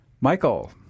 Michael